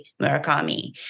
Murakami